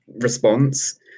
response